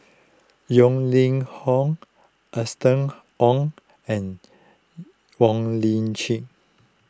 Yeo Ning Hong Austen Ong and Wong Lip Chin